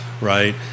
right